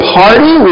party